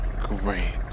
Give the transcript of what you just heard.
Great